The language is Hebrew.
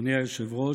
אדוני היושב-ראש,